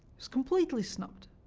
was completely snubbed.